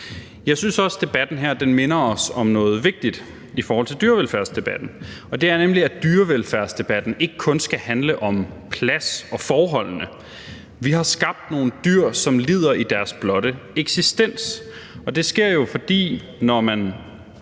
Jeg synes også, debatten her minder os om noget vigtigt i forhold til dyrevelfærdsdebatten, og det er, at dyrevelfærdsdebatten ikke kun skal handle om plads og dyrenes forhold. Vi har skabt nogle dyr, som lider ved deres blotte eksistens, og det sker jo, fordi man, når man